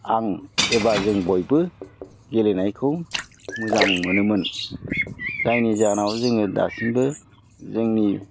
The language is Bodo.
आं एबा जों बयबो गेलेनायखौ मोजां मोनोमोन जायनि जाहोनाव जोङो दासिमबो जोंनि